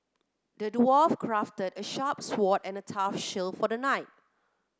the dwarf crafted a sharp sword and a tough shield for the knight